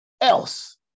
else